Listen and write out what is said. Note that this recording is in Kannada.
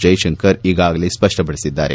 ಜೈಶಂಕರ್ ಈಗಾಗಲೇ ಸ್ಪಷ್ಟಪಡಿಸಿದ್ದಾರೆ